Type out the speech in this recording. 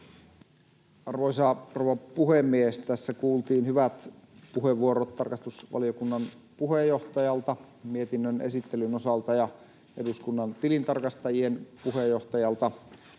Arvoisa rouva puhemies! Tässä kuultiin hyvät puheenvuorot tarkastusvaliokunnan puheenjohtajalta mietinnön esittelyn osalta ja eduskunnan tilintarkastajien puheenjohtajalta.